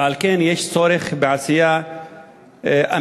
ועל כן יש צורך בעשייה אמיצה,